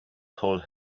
told